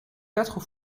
quatre